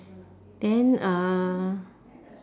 then uh